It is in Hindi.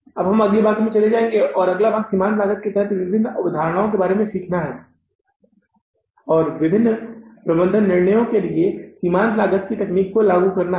अब हम अगले भाग में चले जायेंगे और यह कि अगला भाग सीमांत लागत के तहत विभिन्न अवधारणाओं के बारे में सीखना है और विभिन्न प्रबंधन निर्णयों के लिए सीमांत लागत की तकनीक को लागू करना है